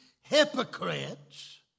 hypocrites